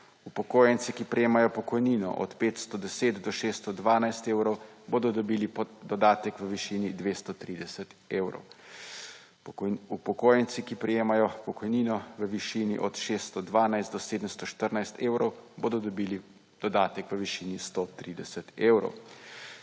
Upokojenci, ki prejemajo pokojnino od 510 do 612 evrov, bodo dobili dodatek v višini 230 evrov. Upokojenci, ki prejemajo pokojnino v višini od 612 do 714 evrov bodo dobili dodatek v višini 130 evrov.